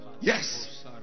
yes